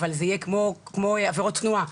אבל זה יהיה כמו עבירות תנועה,